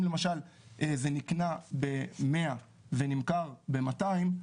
אם למשל זה נקנה ב-100 ונמכר ב-200,